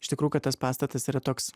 iš tikrųjų kad tas pastatas yra toks